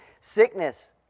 Sickness